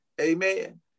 amen